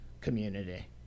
community